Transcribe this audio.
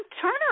Turner